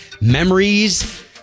memories